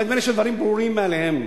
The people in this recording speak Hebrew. אבל נדמה לי שהדברים ברורים מאליהם.